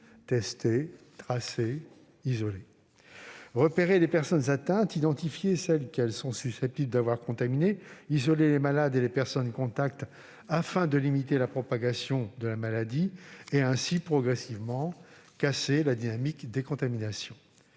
tester, tracer, isoler, c'est-à-dire repérer les personnes atteintes, identifier celles qu'elles sont susceptibles d'avoir contaminées, isoler les malades et les personnes contacts afin de limiter la propagation de la maladie et ainsi, progressivement, casser la dynamique des contaminations.